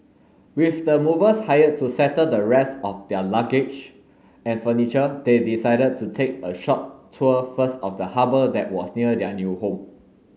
with the movers hired to settle the rest of their luggage and furniture they decided to take a short tour first of the harbour that was near their new home